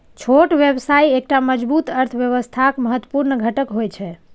छोट व्यवसाय एकटा मजबूत अर्थव्यवस्थाक महत्वपूर्ण घटक होइ छै